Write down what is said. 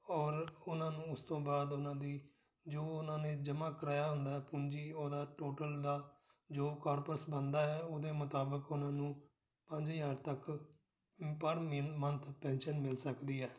ਔਰ ਉਹਨਾਂ ਨੂੰ ਉਸ ਤੋਂ ਬਾਅਦ ਉਹਨਾਂ ਦੀ ਜੋ ਉਹਨਾਂ ਨੇ ਜਮ੍ਹਾਂ ਕਰਵਾਇਆ ਹੁੰਦਾ ਹੈ ਪੂੰਜੀ ਉਹਦਾ ਟੋਟਲ ਦਾ ਜੋ ਕਾਰਪਸ ਬਣਦਾ ਹੈ ਉਹਦੇ ਮੁਤਾਬਿਕ ਉਹਨਾਂ ਨੂੰ ਪੰਜ ਹਜ਼ਾਰ ਤੱਕ ਪਰ ਮਿਨ ਮੰਨਥ ਪੈਨਸ਼ਨ ਮਿਲ ਸਕਦੀ ਹੈ